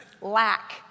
lack